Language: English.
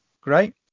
great